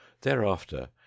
Thereafter